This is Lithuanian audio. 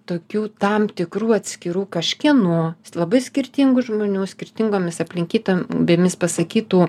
tokių tam tikrų atskirų kažkieno labai skirtingų žmonių skirtingomis aplinkyta bėmis pasakytų